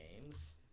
games